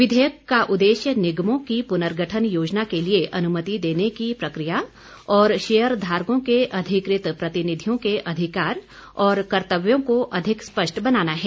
विधेयक का उद्देश्य निगमों की पुर्नगठन योजना के लिए अनुमति देने की प्रकिया और शेयर धारकों के अधिकृत प्रतिनिधिओं के अधिकार और कर्तव्यों को अधिक स्पष्ट बनाना है